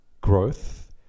growth